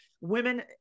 women